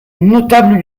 notable